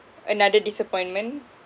another disappointment